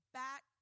back